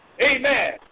Amen